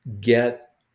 get